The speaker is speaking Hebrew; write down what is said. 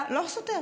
תמר,